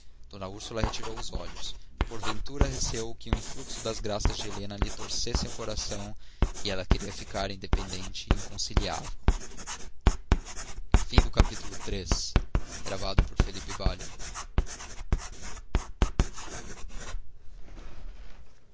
d úrsula retirou os olhos porventura receou que o influxo das graças de helena lhe torcessem o coração e ela queria ficar independente e